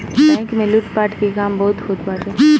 bank में लूटपाट के काम बहुते होत बाटे